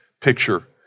picture